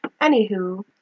anywho